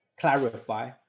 clarify